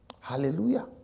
Hallelujah